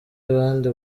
abandi